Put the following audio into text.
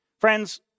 Friends